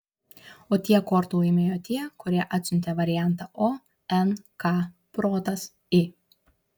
o tiek kortų laimėjo tie kurie atsiuntė variantą o n k protas i